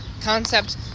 concept